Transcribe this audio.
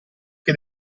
che